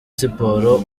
siporo